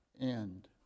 end